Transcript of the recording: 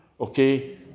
Okay